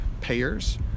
Payers